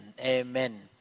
Amen